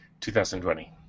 2020